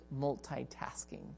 multitasking